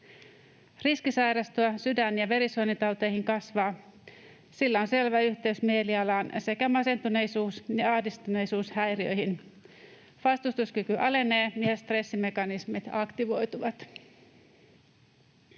Riski sairastua sydän- ja verisuonitauteihin kasvaa. Sillä on selvä yhteys mielialaan sekä masentuneisuus- ja ahdistuneisuushäiriöihin. Vastustuskyky alenee, ja stressimekanismit aktivoituvat.